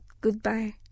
goodbye